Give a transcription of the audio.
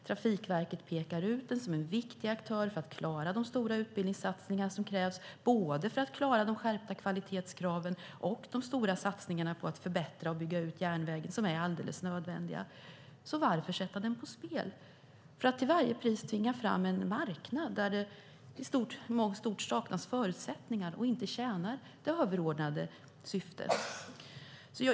Trafikverket pekar ut den som en viktig aktör för att klara de stora utbildningssatsningar som krävs för att klara både de skärpta kvalitetskraven och de stora satsningarna på att förbättra och bygga ut järnvägen, som är helt nödvändiga. Varför sätta den på spel för att till varje pris tvinga fram en marknad där det i stort sett saknas förutsättningar och inte tjänar det överordnade syftet?